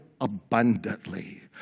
abundantly